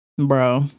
bro